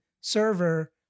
server